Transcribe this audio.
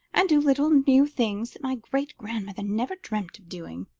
and do little new things that my great-grandmother never dreamt of doing,